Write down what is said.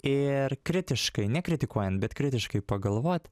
ir kritiškai nekritikuojant bet kritiškai pagalvot